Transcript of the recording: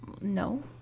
no